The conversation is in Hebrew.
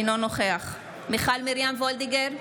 אינו נוכח מיכל מרים וולדיגר,